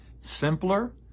simpler